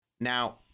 Now